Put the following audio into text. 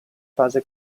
fase